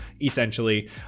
essentially